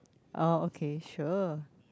oh okay sure